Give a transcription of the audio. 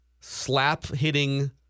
slap-hitting